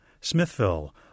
Smithville